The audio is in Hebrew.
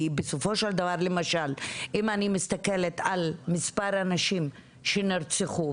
כי בסופו של דבר למשל אם אני מסתכלת על מספר הנשים שנרצחו,